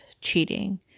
cheating